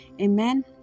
Amen